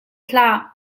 hlah